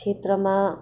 क्षेत्रमा